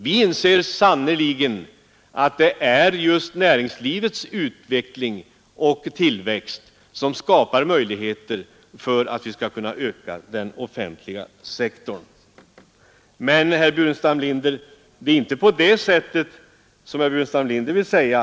Vi anser sannerligen att det är just näringslivets utveckling och tillväxt som skapar möjligheter för att vi skall kunna öka den offentliga sektorn. k Men det är inte på det sättet som herr Burenstam Linder vill framställa det.